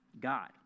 God